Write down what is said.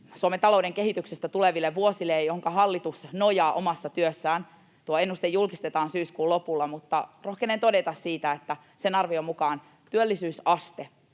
Suomen talouden kehityksestä tuleville vuosille, johonka hallitus nojaa omassa työssään — tuo ennuste julkistetaan syyskuun lopulla, mutta rohkenen siitä todeta — arvion mukaan työllisyysaste,